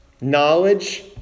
Knowledge